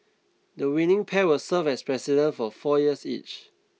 the winning pair will serve as President for four years each